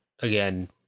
again